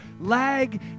lag